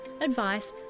advice